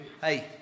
Hey